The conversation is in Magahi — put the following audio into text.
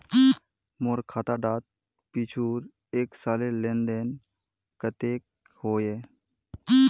मोर खाता डात पिछुर एक सालेर लेन देन कतेक होइए?